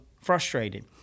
frustrated